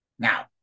Now